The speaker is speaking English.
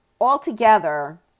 altogether